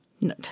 No